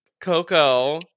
Coco